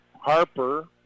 Harper